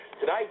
tonight